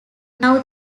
now